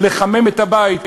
של לחמם את הבית,